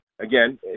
again